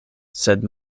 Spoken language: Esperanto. sed